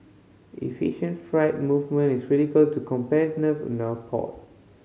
efficient freight movement is critical to competitiveness port